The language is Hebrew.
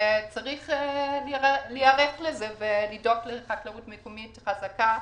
צריך להיערך לזה ולדאוג לחקלאות מקומית חזקה,